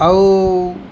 ଆଉ